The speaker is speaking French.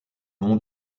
nom